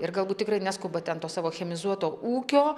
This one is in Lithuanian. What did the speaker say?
ir galbūt tikrai neskuba ten to savo chemizuoto ūkio